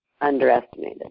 underestimated